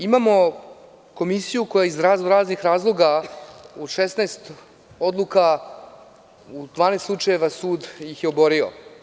Imamo komisiju koja je iz raznoraznih razloga, u 16 odluka u 12 slučajeva sud ih je oborio.